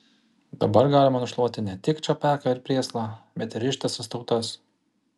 dabar galima nušluoti ne tik čapeką ir prėslą bet ir ištisas tautas